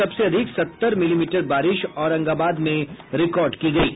सबसे अधिक सत्तर मिलीमीटर बारिश औरंगाबाद में रिकॉर्ड की गयी